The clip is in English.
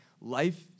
life